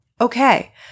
Okay